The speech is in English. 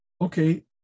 okay